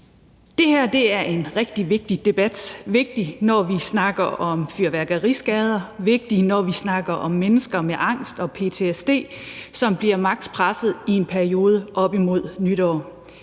Det her er en rigtig vigtig debat. Den er vigtig, når vi snakker om fyrværkeriskader; vigtig, når vi snakker om mennesker med angst og ptsd, som bliver maksimalt presset i en periode op imod nytår.